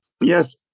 Yes